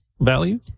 value